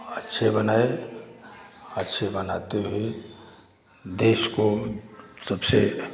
अच्छे बनाए अच्छे बनाते हुए देश को सबसे